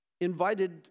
invited